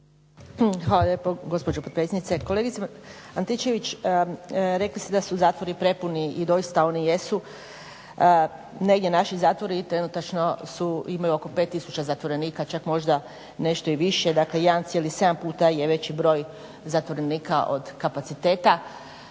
… gospođo potpredsjednice. Kolegice Antičević, rekli ste da su zatvori prepuni i doista oni jesu, negdje naši zatvori trenutačno imaju oko 5000 zatvorenika, čak možda nešto i više, dakle 1,7 puta je veći broj zatvorenika od kapaciteta.